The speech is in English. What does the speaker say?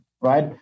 right